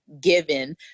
given